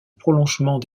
prolongement